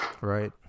Right